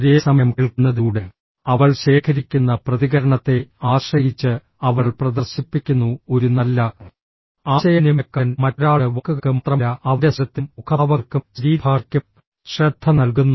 ഒരേസമയം കേൾക്കുന്നതിലൂടെ അവൾ ശേഖരിക്കുന്ന പ്രതികരണത്തെ ആശ്രയിച്ച് അവൾ പ്രദർശിപ്പിക്കുന്നു ഒരു നല്ല ആശയവിനിമയക്കാരൻ മറ്റൊരാളുടെ വാക്കുകൾക്ക് മാത്രമല്ല അവന്റെ സ്വരത്തിനും മുഖഭാവങ്ങൾക്കും ശരീരഭാഷയ്ക്കും ശ്രദ്ധ നൽകുന്നു